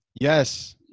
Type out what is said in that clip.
Yes